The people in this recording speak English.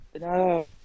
No